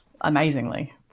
amazingly